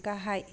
गाहाय